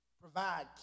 provide